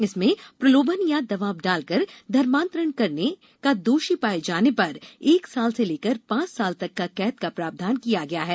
इसमें प्रलोभन या दबाव डालकर धर्मांतरण करने का दोषी पाए जाने पर एक साल से लेकर पांच साल तक कैद का प्रावधान किया गया है